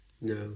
No